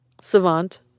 Savant